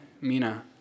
mina